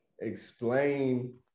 explain